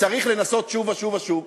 צריך לנסות שוב ושוב ושוב,